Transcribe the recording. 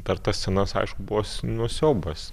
dar tas senas aišku buvo nu siaubas